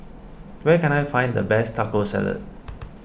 where can I find the best Taco Salad